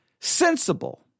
sensible